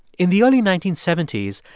in the early nineteen seventy s,